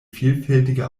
vielfältige